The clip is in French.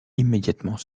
immédiatement